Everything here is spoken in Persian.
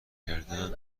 کردن